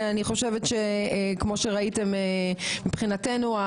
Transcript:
כמו שראיתם מבחינתנו,